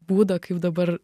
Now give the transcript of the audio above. būdą kaip dabar